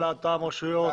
נסביר למה.